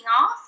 off